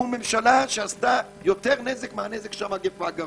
שעשתה יותר נזק מזה שעשתה המגפה.